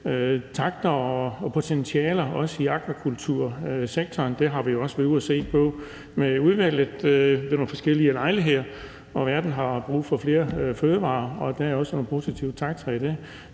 takter og også potentialer i akvakultursektoren; det har vi jo også været ude at se på med udvalget ved nogle forskellige lejligheder. Og verden har brug for flere fødevarer, og der er også nogle positive takter i det.